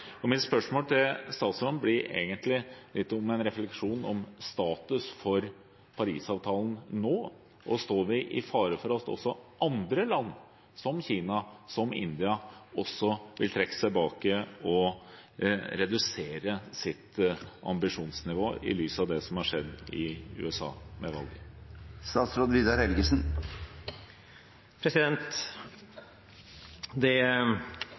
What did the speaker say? Mitt spørsmål til statsråden blir egentlig litt om en refleksjon om status for Paris-avtalen nå, og står vi i fare for at også andre land, som Kina og India, vil trekke seg tilbake og redusere sitt ambisjonsnivå i lys av det som har skjedd i USA ved valget? Det er helt riktig at det amerikanske lederskapet i global klimapolitikk har vært avgjørende. Det